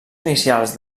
inicials